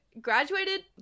graduated